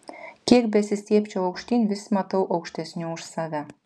kiek besistiebčiau aukštyn vis matau aukštesnių už save